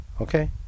Okay